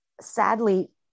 sadly